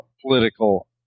political